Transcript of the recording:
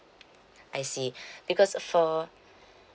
I see because for